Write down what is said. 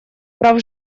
прав